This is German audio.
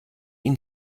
ihn